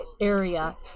area